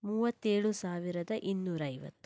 ಮೂವತ್ತೇಳು ಸಾವಿರದ ಇನ್ನೂರೈವತ್ತು